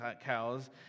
cows